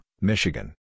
Michigan